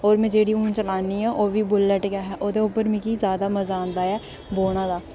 ते में जेह्ड़ी हू'न चलान्नी आं ओह्बी बुलेट गै ऐ हा ओह्दे उप्पर मिगी जादै मज़ा आंदा ऐ बौह्ने दा